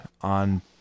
On